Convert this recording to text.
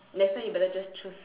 that's why you better just choose